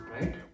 right